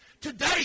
today